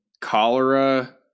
cholera